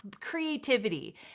creativity